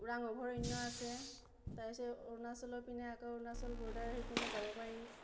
ওৰাং অভয়াৰণ্য আছে তাৰ পিছত অৰুণাচলৰ পিনে আকৌ অৰুণাচল বৰ্ডাৰ সেইপিনে যাব পাৰি